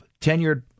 tenured